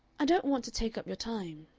i don't want to take up your time.